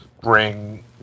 bring